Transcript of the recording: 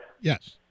Yes